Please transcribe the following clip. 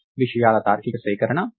ఇది విషయాల తార్కిక సేకరణ